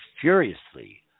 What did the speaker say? furiously